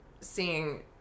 seeing